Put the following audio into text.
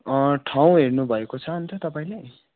ठाउँ हेर्नु भएको छ अन्त तपाईँले